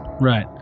Right